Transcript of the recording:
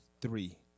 three